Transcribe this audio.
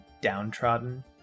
downtrodden